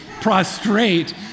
Prostrate